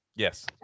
Yes